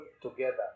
together